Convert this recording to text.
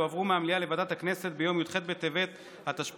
הועברו מהמליאה לוועדת הכנסת ביום י"ח בטבת התשפ"ג,